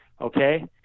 Okay